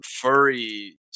furry